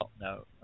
no